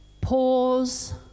pause